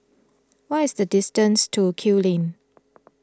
what is the distance to Kew Lane